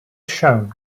shown